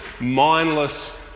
mindless